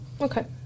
Okay